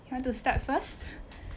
you want to start first